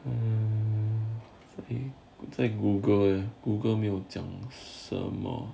mmhmm 在 google google 没有讲什么